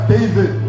David